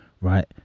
Right